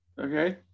okay